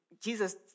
Jesus